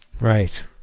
Right